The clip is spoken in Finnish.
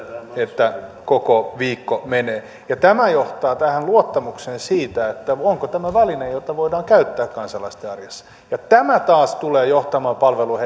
että koko viikko menee ja tämä johtaa tähän luottamukseen siitä onko tämä väline jota voidaan käyttää kansalaisten arjessa ja tämä taas tulee johtamaan palvelun